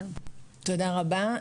תודה רבה.